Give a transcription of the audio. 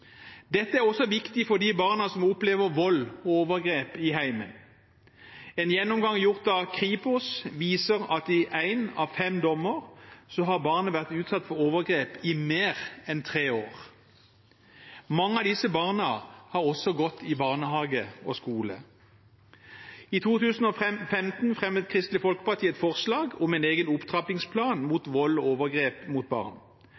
Dette er også viktig for de barna som opplever vold og overgrep i heimen. En gjennomgang gjort av Kripos viser at i én av fem dommer har barnet vært utsatt for overgrep i mer enn tre år. Mange av disse barna har også gått i barnehage før skole. I 2015 fremmet Kristelig Folkeparti et forslag om en egen opptrappingsplan mot vold og overgrep mot barn.